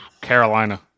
Carolina